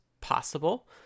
possible